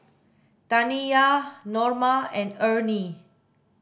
Taniyah Norma and Ernie